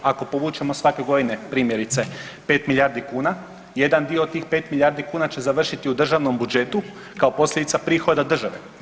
Ako povučemo svake godine primjerice 5 milijardi kuna, jedan dio od tih 5 milijardi kuna će završiti u državnom budžetu kao posljedica prihoda države.